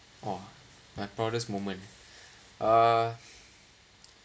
!wah! my proudest moment uh